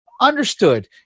understood